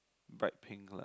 bright pink lah